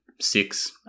six